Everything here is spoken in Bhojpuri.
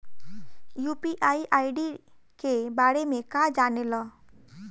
यू.पी.आई आई.डी के बारे में का जाने ल?